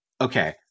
Okay